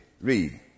Read